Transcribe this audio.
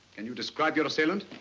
and you describe your assailant?